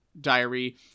diary